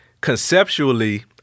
conceptually